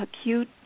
acute